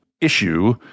issue